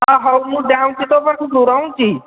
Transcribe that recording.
ହଁ ହଉ ମୁଁ ଯାଉଛି ତୋ ପାଖକୁ ରହୁଛି